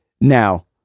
now